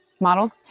model